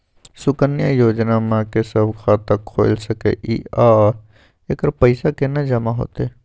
सुकन्या योजना म के सब खाता खोइल सके इ आ एकर पैसा केना जमा होतै?